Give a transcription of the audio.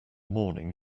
morning